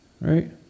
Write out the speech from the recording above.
Right